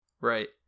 right